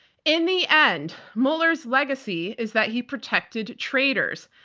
in the end, mueller's legacy is that he protected traitors.